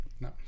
no